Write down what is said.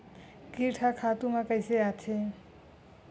कीट ह खातु म कइसे आथे?